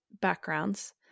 backgrounds